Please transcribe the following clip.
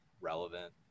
relevant